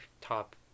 top